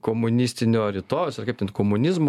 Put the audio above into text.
komunistinio rytojaus ar kaip ten komunizmo